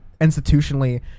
institutionally